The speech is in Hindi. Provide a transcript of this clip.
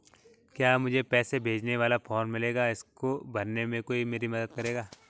क्या मुझे पैसे भेजने वाला फॉर्म मिलेगा इसको भरने में कोई मेरी मदद करेगा?